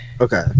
okay